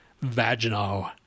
vaginal